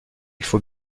faut